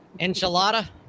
enchilada